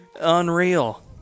Unreal